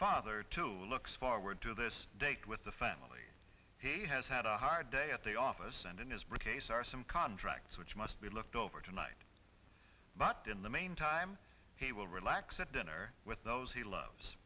father to looks forward to this date with the family has had a hard day at the office and in his briefcase are some contracts which must be looked over tonight but in the meantime he will relax at dinner with those he loves